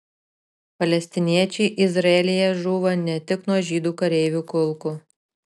palestiniečiai izraelyje žūva ne tik nuo žydų kareivių kulkų